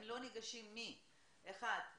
לא ניגשים,